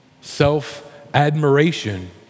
Self-admiration